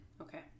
Okay